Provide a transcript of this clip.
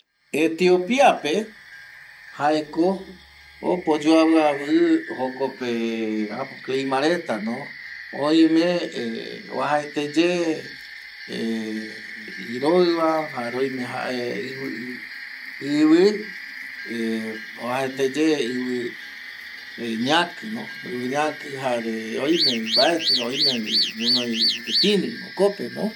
Etiopia pe ko opa oyuaviavi clima jokope oime uajaete ye ˂hesitation˃ iroiva jare jae oime ivi uajaete ye ivi ñaki jare oime vi gunoi iviv tini jokopr vi.